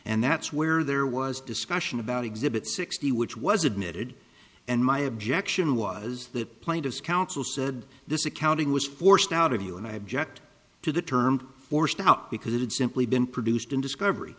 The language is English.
and that's where there was discussion about exhibit sixty which was admitted and my objection was that plaintiff's counsel said this accounting was forced out of you and i object to the term forced out because it had simply been produced in discovery